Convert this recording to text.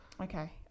Okay